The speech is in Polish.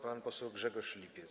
Pan poseł Grzegorz Lipiec.